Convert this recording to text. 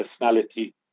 personality